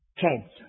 Cancer